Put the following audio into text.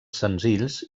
senzills